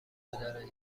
درجه